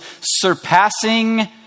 surpassing